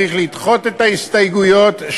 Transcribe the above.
צריך לדחות את ההסתייגויות,